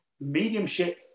mediumship